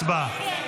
הצבעה.